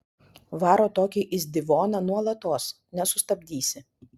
varo tokį izdivoną nuolatos nesustabdysi